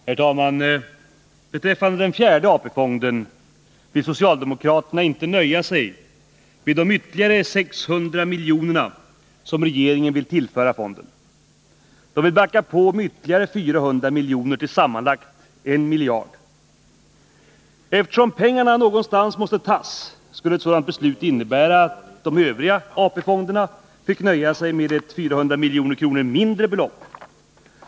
Herr talman! Beträffande fjärde AP-fonden kan det konstateras att socialdemokraterna inte vill nöja sig med de ytterligare 600 miljoner som regeringen vill tillföra fonden. De vill backa på med ytterligare 400 miljoner till sammanlagt 1 miljard. Eftersom pengarna någonstans måste tas, skulle ett sådant beslut innebära att de övriga AP-fonderna fick nöja sig med ett 400 milj.kr. mindre belopp.